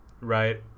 right